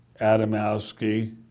Adamowski